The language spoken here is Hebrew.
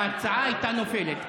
וההצעה הייתה נופלת.